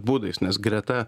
būdais nes greta